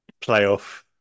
playoff